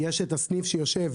יש את הסניף הכללי,